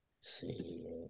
see